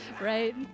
Right